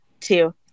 two